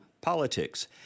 politics